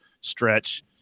stretch